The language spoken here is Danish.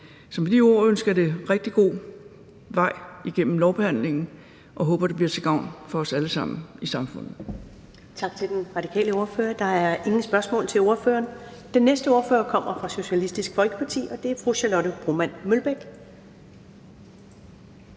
Med de ord ønsker jeg det rigtig god vej igennem lovbehandlingen og håber, det bliver til gavn for os alle sammen i samfundet.